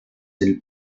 del